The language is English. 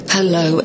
Hello